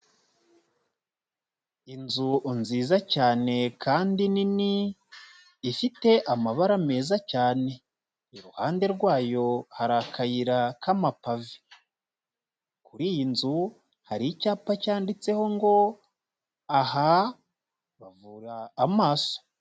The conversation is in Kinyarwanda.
Inzu nziza cyane kandi nini, ifite amabara meza cyane, iruhande rwayo hari akayira k'amapave, kuri iyi nzu hari icyapa cyanditseho ngo: ''Aha bavura amaso.''